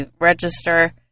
register